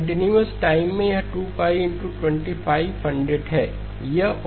continuous time में यह 2 π है